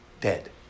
dead